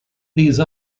these